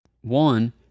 One